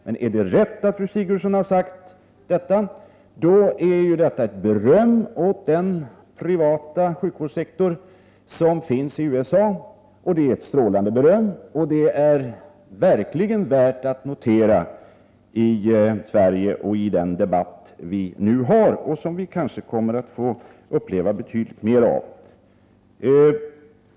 Men är det riktigt att fru Håvik har sagt detta är det ett beröm åt den privata sjukvården i USA. Det är ett strålande beröm, och det är verkligen värt att notera i Sverige, i den debatt vi nu för och som vi kanske får uppleva betydligt mer av.